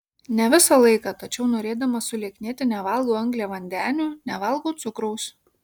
ne visą laiką tačiau norėdama sulieknėti nevalgau angliavandenių nevalgau cukraus